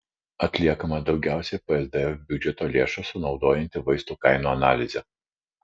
atliekama daugiausiai psdf biudžeto lėšų sunaudojanti vaistų kainų analizė